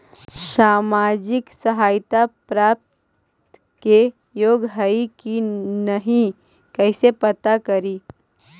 सामाजिक सहायता प्राप्त के योग्य हई कि नहीं कैसे पता करी?